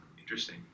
Interesting